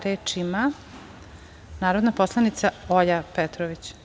Reč ima narodna poslanica Olja Petrović.